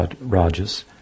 rajas